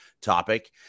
topic